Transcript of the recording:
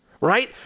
Right